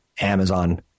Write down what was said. Amazon